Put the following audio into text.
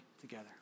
together